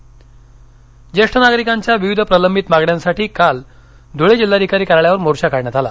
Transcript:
ज्येष्ठ नागरिक धळे जेष्ठ नागरिकांच्या विविध प्रलंबित मागण्यांसाठी काल धुळे जिल्हाधिकारी कार्यालयावर मोर्चा काढण्यात आला